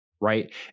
right